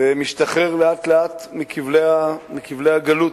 ומשתחרר לאט-לאט מכבלי הגלות.